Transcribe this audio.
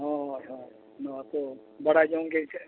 ᱦᱳᱭ ᱦᱳᱭ ᱱᱚᱣᱟ ᱠᱚ ᱵᱟᱰᱟᱭ ᱡᱚᱝᱜᱮ ᱟᱹᱭᱠᱟᱹᱜ